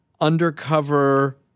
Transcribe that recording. undercover